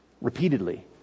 Repeatedly